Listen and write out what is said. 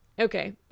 Okay